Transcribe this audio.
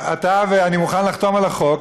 ואני מוכן לחתום על החוק,